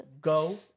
Go